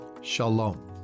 Shalom